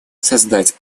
создать